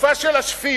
בתקופה של השפיות,